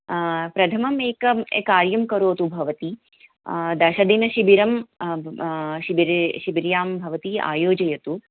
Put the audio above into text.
प्रथमम् एकं कार्यं करोतु भवती दशदिनशिबिरं शिबिरे शिबिरे भवती आयोजयतु